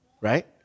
right